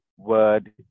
word